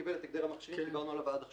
קיבל את הגדר המכשירים שדברנו עליו עד עכשיו.